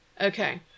okay